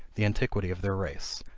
the antiquity of their race,